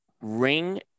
ring